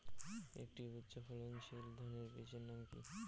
একটি উচ্চ ফলনশীল ধানের বীজের নাম কী?